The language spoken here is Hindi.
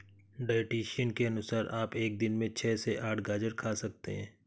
डायटीशियन के अनुसार आप एक दिन में छह से आठ गाजर खा सकते हैं